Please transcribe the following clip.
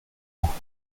mañ